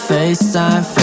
FaceTime